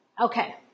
Okay